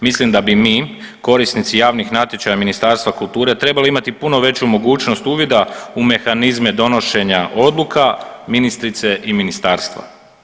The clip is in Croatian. Mislim da bi mi, korisnici javnih natječaja Ministarstva kulture trebali imati puno veću mogućnost uvida u mehanizme donošenja odluka ministrice i Ministarstva.